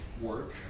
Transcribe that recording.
work